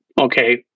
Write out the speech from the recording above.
okay